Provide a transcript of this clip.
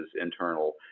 internal